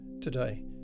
today